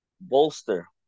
bolster